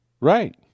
Right